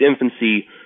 infancy